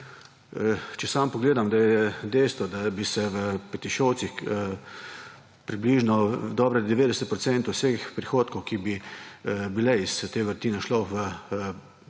Če sam pogledam, da je dejstvo, da bi se v Petišovcih približno dobre 90 % vseh prihodkov, ki bi bile iz te vrtine šlo v